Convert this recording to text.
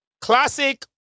Classic